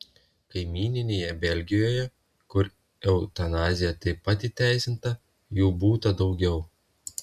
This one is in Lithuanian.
kaimyninėje belgijoje kur eutanazija taip pat įteisinta jų būta daugiau